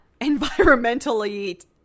environmentally